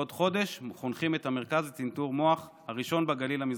בעוד חודש חונכים את המרכז לצנתור מוח הראשון בגליל המזרחי,